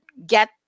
get